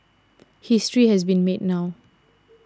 history has been made now